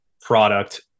product